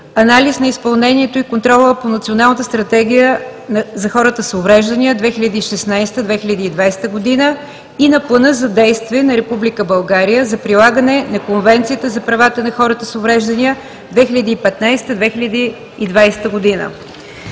Анализ на изпълнението и контрола по Националната стратегия за хората с увреждания 2016 – 2020 г. и на Плана за действие на Република България за прилагане на Конвенцията за правата на хората с увреждания 2015 – 2020 г.